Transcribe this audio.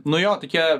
nu jo tokie